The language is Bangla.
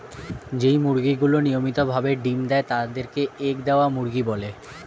যেই মুরগিগুলি নিয়মিত ভাবে ডিম্ দেয় তাদের কে এগ দেওয়া মুরগি বলে